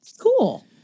cool